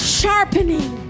sharpening